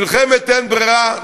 מלחמת אין-ברירה,